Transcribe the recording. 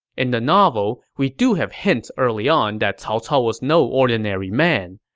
in the novel, we do have hints early on that cao cao was no ordinary man.